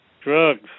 Drugs